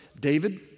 David